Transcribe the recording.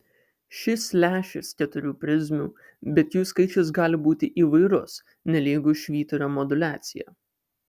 šis lęšis keturių prizmių bet jų skaičius gali būti įvairus nelygu švyturio moduliacija